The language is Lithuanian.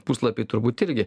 puslapiai turbūt irgi